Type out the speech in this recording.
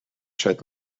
should